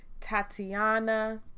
Tatiana